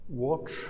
Watch